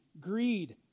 greed